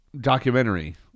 documentary